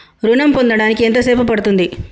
ఋణం పొందడానికి ఎంత సేపు పడ్తుంది?